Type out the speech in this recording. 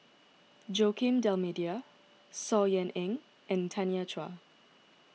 Joaquim D'Almeida Saw Ean Ang and Tanya Chua